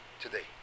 today